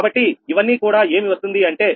కాబట్టి ఇవన్నీ కూడా ఏమి వస్తుంది అంటే −1